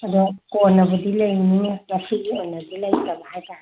ꯑꯗꯣ ꯀꯣꯟꯅꯕꯨꯗꯤ ꯂꯩꯅꯤ ꯉꯁꯤꯒꯤ ꯑꯣꯏꯅꯗꯤ ꯂꯩꯇꯕ ꯍꯥꯏꯕ ꯇꯥꯔꯦ